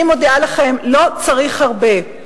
אני מודיעה לכם: לא צריך הרבה.